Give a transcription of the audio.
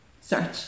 search